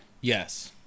Yes